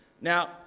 Now